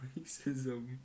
racism